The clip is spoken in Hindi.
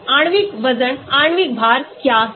आणविक वजन आणविक भार क्या है